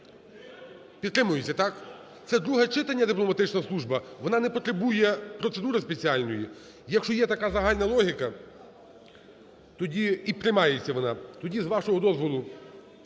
Підтримується? Так. Це друге читання дипломатична служба. Вона не потребує процедури спеціальної, якщо є така загальна логіка тоді… і приймається вона. Тоді, з вашого дозволу,